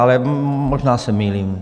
Ale možná se mýlím.